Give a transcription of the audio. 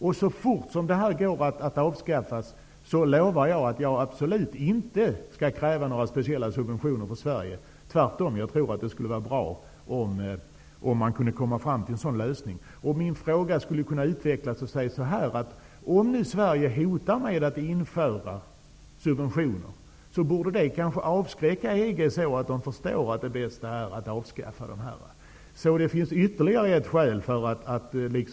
Jag lovar att jag så snart som detta kan avskaffas absolut inte skall kräva några speciella subventioner för Sverige. Tvärtom tror jag att det skulle vara bra om man kunde komma fram till en sådan lösning. Min fråga skulle kunna utvecklas på följande sätt. Om nu Sverige hotar med att införa subventioner, skulle det kanske avskräcka EG-länderna, så att de förstår att det är bäst att de avskaffar sina subventioner.